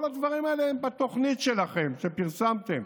כל הדברים האלה הם בתוכנית שלכם, שפרסמתם.